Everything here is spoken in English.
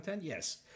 yes